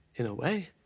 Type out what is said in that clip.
in a way.